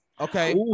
Okay